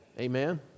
amen